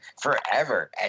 forever